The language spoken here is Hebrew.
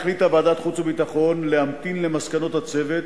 החליטה ועדת החוץ והביטחון להמתין למסקנות הצוות